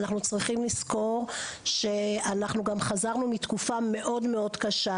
אנחנו צריכים לזכור שאנחנו גם חזרנו מתקופה מאוד-מאוד קשה,